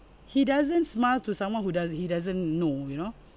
he doesn't smile to someone who does he doesn't know you know